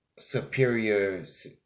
Superiors